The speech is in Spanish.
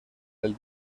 del